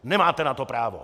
Nemáte na to právo!